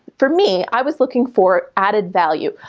for me, i was looking for added value.